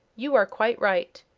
you are quite right.